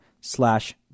slash